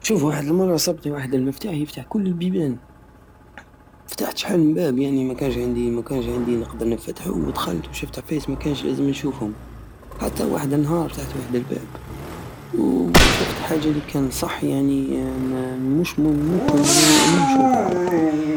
شوف وحد لمرة صابت واحد المفتاح يفتح كل البيبان فتحت شحال من باب يعني مكاش عندي- مكاش عندي نقدر نفتحو ودخلت وشفت عفايس مكانش لازم نشوفهم واحد النهار فتحت واحد الباب وشفت حاجة الي كان صح يعني مش منالمكن انو انا نشوفها